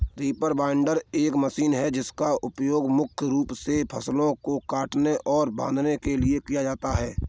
reaper binder एक machine है जिसका उपयोग मुख्य रूप से फसलों को काटने और बांधने के लिए किया जाता है